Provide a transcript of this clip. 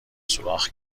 سوراخ